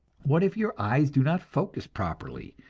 what if your eyes do not focus properly,